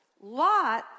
Lot